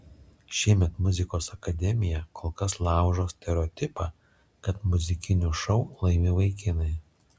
šiemet muzikos akademija kol kas laužo stereotipą kad muzikinius šou laimi vaikinai